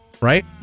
right